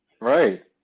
Right